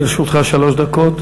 לרשותך שלוש דקות.